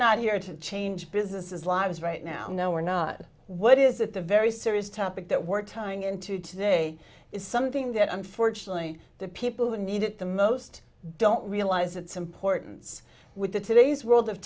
not here to change businesses lives right now no we're not what is it the very serious topic that we're tying into today is something that unfortunately the people who need it the most don't realize its importance with the today's world of